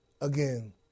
again